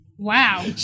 Wow